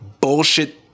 bullshit